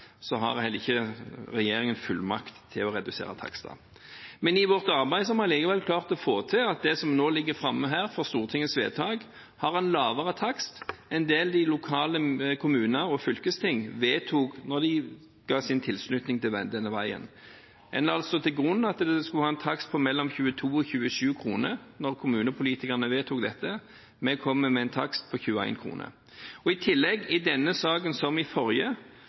har heller ikke regjeringen fullmakt til å redusere takster. Men i vårt arbeid har vi likevel klart å få til at det som nå ligger framme her for Stortingets vedtak, har en lavere takst enn det de lokale kommuner og fylkesting vedtok da de ga sin tilslutning til denne veien. En la altså til grunn at det skulle være en takst på mellom 22 og 27 kr da kommunepolitikerne vedtok dette. Vi kommer med en takst på 21 kroner. I tillegg, i denne saken som i den forrige,